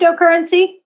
cryptocurrency